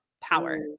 power